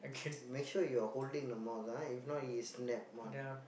make sure you are holding the mouth ah if not he snap one